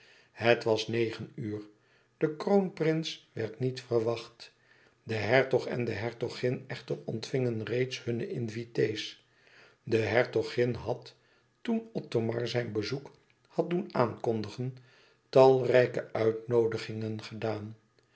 het was negen uur de kroonprins werd nog niet verwacht de hertog en de hertogin echter ontvingen reeds hunne invité's de hertogin had toen othomar zijn bezoek had doen aankondigen talrijke uitnoodigingen gedaan